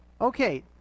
Okay